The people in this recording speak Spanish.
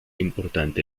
importante